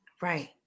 Right